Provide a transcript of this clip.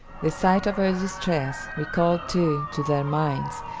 the sight of her distress recalled too, to their minds,